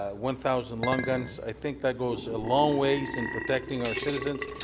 one thousand long guns. i think that goes a long ways in protecting our citizens.